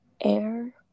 air